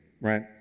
right